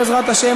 בעזרת השם,